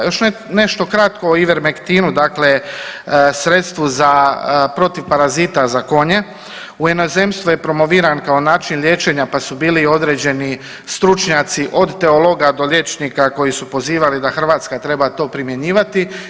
Još nešto kratko i Ivermektinu dakle, sredstvu za protiv parazita za konje u inozemstvu je promoviran kao način liječenja, pa su bili i određeni stručnjaci od teologa do liječnika koji su pozivali da Hrvatska treba to primjenjivati.